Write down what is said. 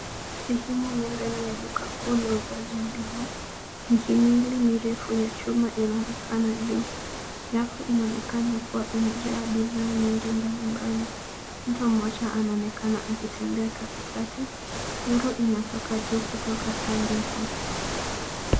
Sehemu ya ndani ya duka kuu la uuzaji wa bidhaa. Mihimili mirefu ya chuma inaonekana juu. Rafu inaonekana kuwa imejaa bidhaa nyingi mbalimbali. Mtu mmoja anaonekana akitembea katikati. Nuru inatoka juu kutoka taa ndefu.